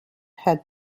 had